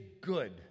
good